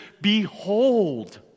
behold